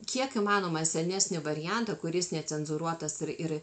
kiek įmanoma senesnį variantą kuris necenzūruotas ir ir